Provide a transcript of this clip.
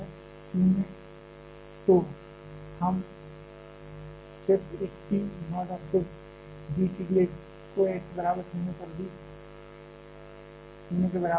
0 तो हम सिर्फ एक T नोट और फिर d T d x को x बराबर 0 पर भी 0 के बराबर रखते हैं